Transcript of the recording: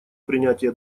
принятия